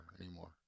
anymore